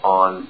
on